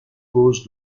cause